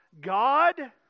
God